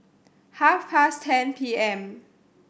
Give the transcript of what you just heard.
half past ten P M